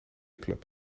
club